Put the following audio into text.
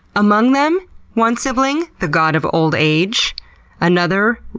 among them one sibling, the god of old age another,